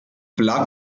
black